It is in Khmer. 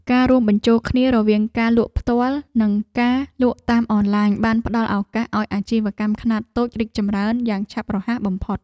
ការរួមបញ្ចូលគ្នារវាងការលក់ផ្ទាល់ និងការលក់តាមអនឡាញបានផ្ដល់ឱកាសឱ្យអាជីវកម្មខ្នាតតូចរីកចម្រើនយ៉ាងឆាប់រហ័សបំផុត។